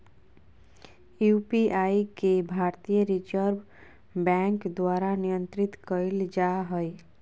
UPI के भारतीय reserve bank द्वारा नियंत्रित कइल जा हइ